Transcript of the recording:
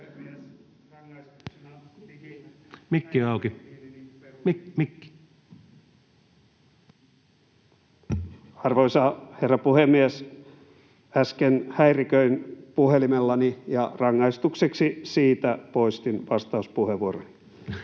mutta olkaa hyvä. Arvoisa herra puhemies! Äsken häiriköin puhelimellani ja rangaistukseksi siitä poistin vastauspuheenvuoroni.